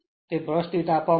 તે બ્રશ દીઠ આપવામાં આવે છે